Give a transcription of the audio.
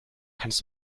kannst